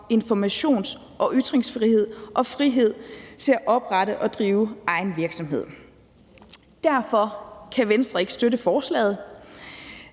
informations- og ytringsfrihed og frihed til at oprette og drive egen virksomhed. Derfor kan Venstre ikke støtte forslaget,